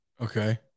okay